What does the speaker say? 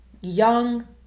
young